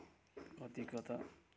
कतिको त